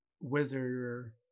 wizard